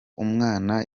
umwana